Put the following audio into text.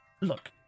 Look